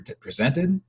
presented